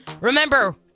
Remember